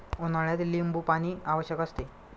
उन्हाळ्यात लिंबूपाणी आवश्यक असते